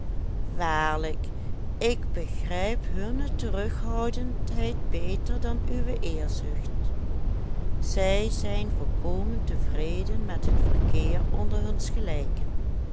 waarlijk ik begrijp hunne terughoudendheid beter dan uwe eerzucht zij zijn volkomen tevreden met het verkeer onder huns gelijken